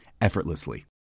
effortlessly